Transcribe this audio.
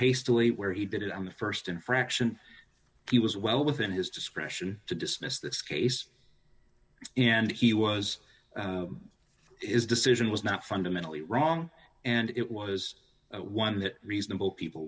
hastily where he did it on the st infraction he was well within his discretion to dismiss this case and he was his decision was not fundamentally wrong and it was one that reasonable people